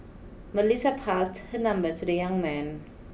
Melissa passed her number to the young man